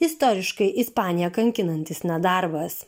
istoriškai ispaniją kankinantis nedarbas